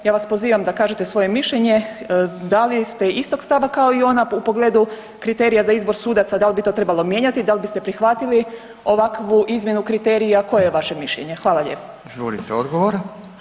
Ja vas pozivam da kažete svoje mišljenje da li ste istog stava kao i ona u pogledu kriterija za izbor sudaca, da li bi to trebalo mijenjati, da li biste prihvatili ovakvu izmjenu kriterija koje je vaše mišljenje.